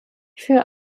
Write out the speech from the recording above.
für